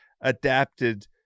adapted